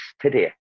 today